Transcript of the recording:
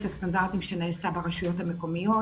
הסטנדרטים שנעשה עם הרשויות המקומיות,